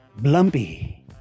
Blumpy